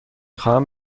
خواهم